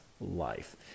life